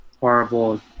horrible